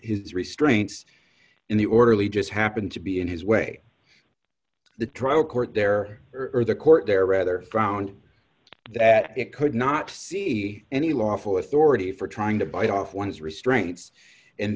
his restraints in the orderly just happened to be in his way the trial court there for the court there rather found that it could not see any lawful authority for trying to bite off one's restraints and